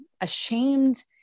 ashamed